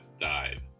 died